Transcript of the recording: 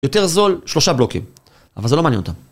יותר זול שלושה בלוקים, אבל זה לא מעניין אותם.